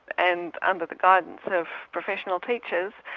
and under the guidance of professional teachers,